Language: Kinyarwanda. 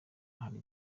hari